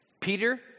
Peter